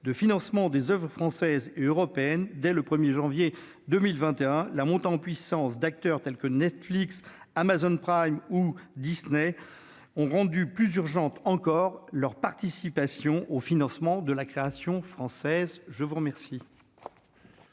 de financement des oeuvres françaises et européennes dès le 1 janvier 2021. La montée en puissance d'acteurs tels que Netflix, Amazon Prime ou Disney a rendu plus urgente encore leur participation au financement de la création française ! La parole